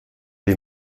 est